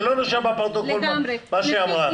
זה לא נרשם בפרוטוקול מה שהיא אמרה.